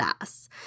ass